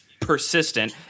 persistent